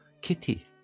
Kitty